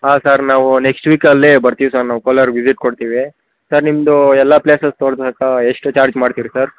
ಹಾಂ ಸರ್ ನಾವು next week ಅಲ್ಲೆ ಬರ್ತೀವಿ ಸರ್ ನಾವು ಕೋಲಾರ ವಿಝಿಟ್ ಕೊಡ್ತೀವಿ ಸರ್ ನಿಮ್ದು ಎಲ್ಲ ಪ್ಲೇಸಸ್ ತೋರ್ಸಾಕ್ಕೆ ಎಷ್ಟು ಚಾರ್ಜ್ ಮಾಡ್ತೀರಿ ಸರ್